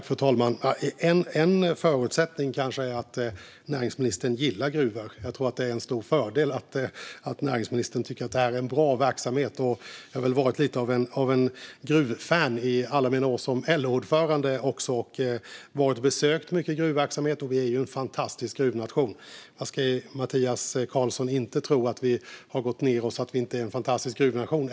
Fru talman! En förutsättning är kanske att näringsministern gillar gruvor. Jag tror att det är en stor fördel att näringsministern tycker att det här är en bra verksamhet. Jag har varit lite av ett gruvfan under alla mina år som LO-ordförande och har besökt många gruvverksamheter. Vi är en fantastisk gruvnation. Mattias Karlsson får inte tro att vi har gått ned oss och att vi inte är en fantastisk gruvnation.